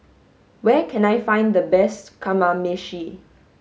where can I find the best kamameshi